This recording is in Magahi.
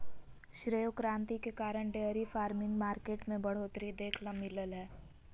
श्वेत क्रांति के कारण डेयरी फार्मिंग मार्केट में बढ़ोतरी देखे ल मिललय हय